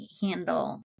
handle